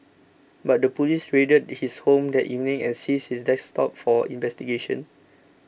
but the police raided his home that evening and seized his desktop for investigation